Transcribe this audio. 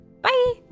Bye